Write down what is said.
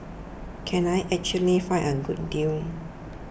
can I actually find a good deal